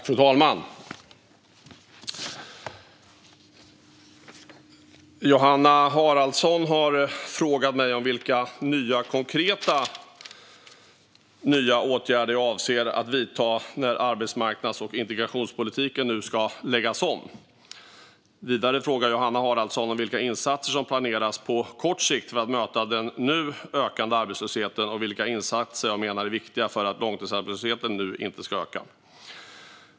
Fru talman! Johanna Haraldsson har frågat mig vilka nya konkreta åtgärder jag avser att vidta när arbetsmarknads och integrationspolitiken nu ska läggas om. Vidare frågar Johanna Haraldsson vilka insatser som planeras på kort sikt för att möta den nu ökande arbetslösheten och vilka insatser jag menar är viktiga för att långtidsarbetslösheten nu inte ska öka.